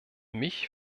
mich